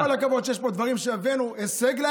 עם כל הכבוד שיש פה דברים שהבאנו בהם הישג,